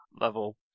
level